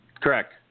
Correct